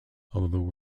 although